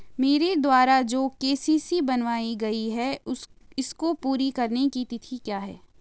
मेरे द्वारा जो के.सी.सी बनवायी गयी है इसको पूरी करने की तिथि क्या है?